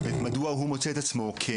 מדוע הוא מוצא את עצמו כנאשם?